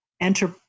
enter